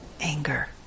anger